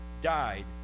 died